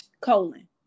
colon